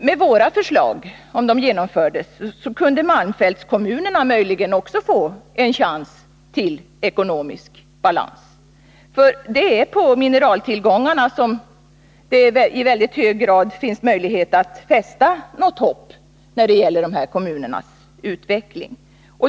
Med våra förslag, om de genomfördes, kunde malmfältskommunerna möjligen också få en chans till ekonomisk balans, för det är till mineraltillgångarna som det i väldigt hög grad finns möjlighet att fästa något hopp när det gäller dessa kommuners utveckling.